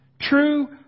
True